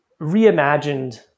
reimagined